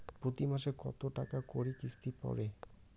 প্রতি মাসে কতো টাকা করি কিস্তি পরে?